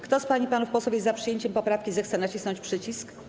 Kto z pań i panów posłów jest za przyjęciem poprawki, zechce nacisnąć przycisk.